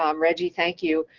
um reggie, thank you.